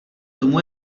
tomu